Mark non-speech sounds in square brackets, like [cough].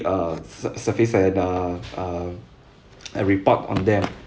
uh sur~ surface at uh uh [noise] a report on them